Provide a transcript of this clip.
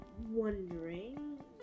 Wondering